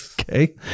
okay